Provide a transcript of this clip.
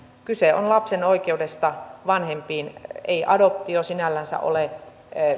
kyse on lapsen oikeudesta vanhempiin ei adoptio sinällänsä ole